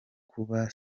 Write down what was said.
kuba